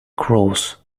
cross